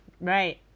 Right